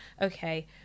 okay